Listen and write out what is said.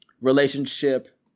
relationship